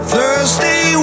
Thursday